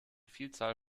vielzahl